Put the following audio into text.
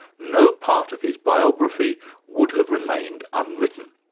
no part of his biography would have remained unwritten.